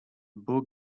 book